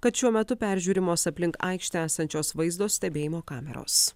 kad šiuo metu peržiūrimos aplink aikštę esančios vaizdo stebėjimo kameros